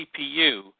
CPU